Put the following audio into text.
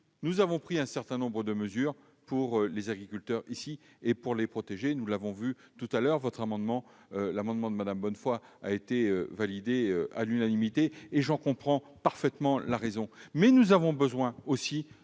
Nous avons pris un certain nombre de mesures pour les agriculteurs, notamment pour les protéger, nous l'avons vu tout à l'heure : l'amendement de Mme Bonnefoy a été adopté à l'unanimité, et j'en comprends parfaitement la raison. Reste que nous avons besoin aussi